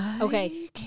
Okay